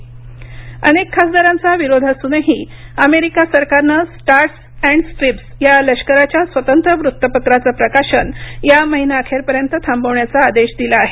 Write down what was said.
America paper अनेक खासदारांचा विरोध असूनही अमेरिका सरकारनं स्टार्स अँड स्ट्रिप्स या लष्कराच्या स्वतंत्र वृत्तपत्राचं प्रकाशन या महिनाअखेरपर्यंत थांबवण्याचा आदेश दिला आहे